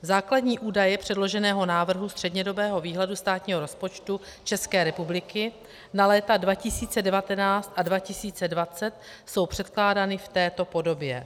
Základní údaje předloženého návrhu střednědobého výhledu státního rozpočtu České republiky na léta 2019 a 2020 jsou předkládány v této podobě: